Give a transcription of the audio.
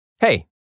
Hey